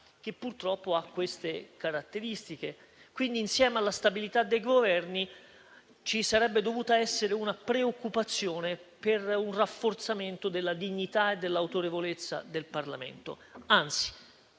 che purtroppo ha queste caratteristiche. Pertanto, insieme a quella sulla stabilità dei Governi, ci sarebbe dovuta essere una preoccupazione per un rafforzamento della dignità e dell'autorevolezza del Parlamento.